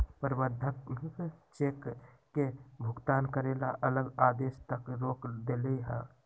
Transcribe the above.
प्रबंधक चेक के भुगतान करे ला अगला आदेश तक रोक देलई ह